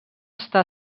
està